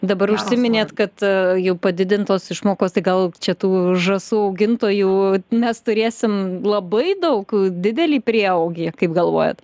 dabar užsiminėt kad jau padidintos išmokos tai gal čia tų žąsų augintojų mes turėsim labai daug didelį prieaugį kaip galvojat